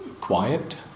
quiet